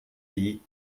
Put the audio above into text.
dem